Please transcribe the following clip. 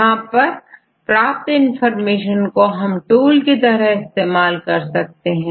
यहां से प्राप्त इंफॉर्मेशन को हम टूल की तरह उपयोग कर सकते हैं